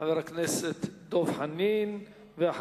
חבר הכנסת דב חנין, בבקשה.